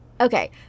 Okay